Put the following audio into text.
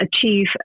achieve